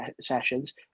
sessions